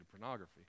pornography